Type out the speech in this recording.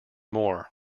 more